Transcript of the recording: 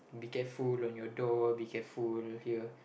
be careful when your door be careful when you're here